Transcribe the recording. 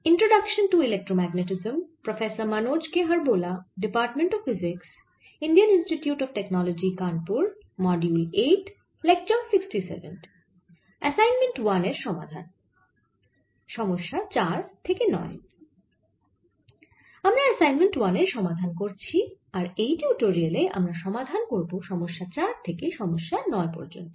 আমরা অ্যাসাইনমেন্ট 1এর সমাধান করছি আর এই টিউটোরিয়ালে আমরা সমাধান করব সমস্যা 4 থেকে সমস্যা 9 পর্যন্ত